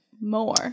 more